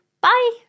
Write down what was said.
Bye